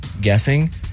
guessing